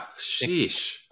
sheesh